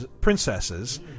princesses